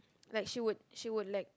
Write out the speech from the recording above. like she would she would like